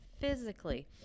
physically